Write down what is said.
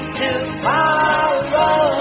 tomorrow